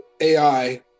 AI